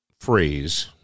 phrase